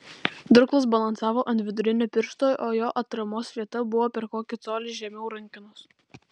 durklas balansavo ant vidurinio piršto o jo atramos vieta buvo per kokį colį žemiau rankenos